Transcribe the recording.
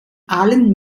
allen